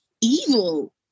evil